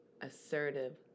assertive